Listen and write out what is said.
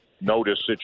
notice